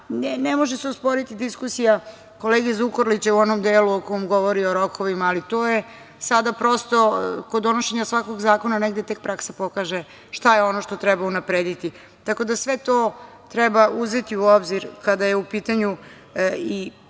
Ne može se osporiti diskusija kolege Zukorlića u onom delu u kom govori o rokovima, ali sada prosto kod donošenja svakog zakona negde tek praksa pokaže šta je ono što treba unaprediti, tako da sve to treba uzeti u obzir kada je u pitanju i